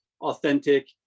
authentic